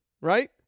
right